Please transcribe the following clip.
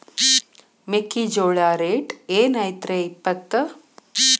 ಮೆಕ್ಕಿಜೋಳ ರೇಟ್ ಏನ್ ಐತ್ರೇ ಇಪ್ಪತ್ತು?